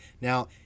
Now